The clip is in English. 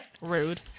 Rude